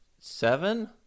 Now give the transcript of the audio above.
seven